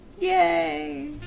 yay